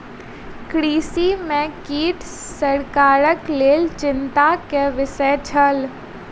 कृषि में कीट सरकारक लेल चिंता के विषय छल